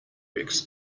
rex